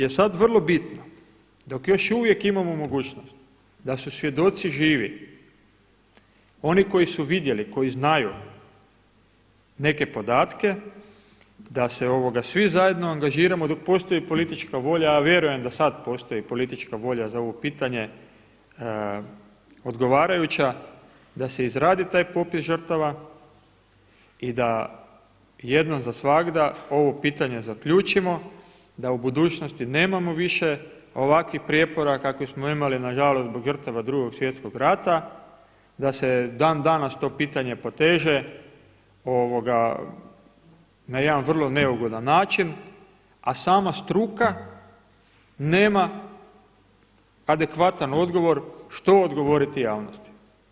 Tako da je sad vrlo bitno dok još uvijek imamo mogućnost da su svjedoci živi, oni koji su vidjeli, koji znaju neke podatke, da se svi zajedno angažiramo dok postoji politička volja, a ja vjerujem da sad postoji politička volja za ovo pitanje, odgovarajuća, da se izradi taj popis žrtava i da jednom za svagda ovo pitanje zaključimo, da u budućnosti nemamo više ovakvih prijepora kakvih smo imali nažalost zbog žrtava Drugog svjetskog rata, da se dan-danas to pitanje poteže na jedan vrlo neugodan način, a sama struka nema adekvatan odgovor što odgovoriti javnosti.